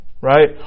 right